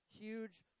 huge